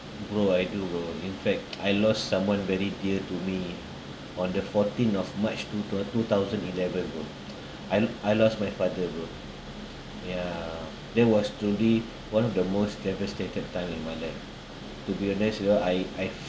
bro I do bro in fact I lost someone very dear to me on the fourteen of march two tho~ two thousand eleven bro I I lost my father bro ya there was to me one of the most devastated time in my life to be honest you know I I